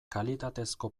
kalitatezko